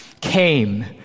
came